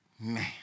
Man